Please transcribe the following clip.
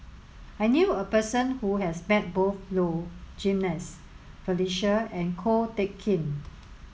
I knew a person who has met both Low Jimenez Felicia and Ko Teck Kin